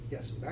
Yes